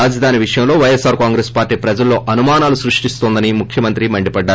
రాజధాని విషయంలో పై ఎస్ ఆర్ కాంగ్రెస్ పార్షీ ప్రజల్లో అనుమానాలు సృష్టిస్తోందని ముఖ్యమంత్రి మండిపడ్డారు